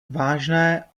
vážné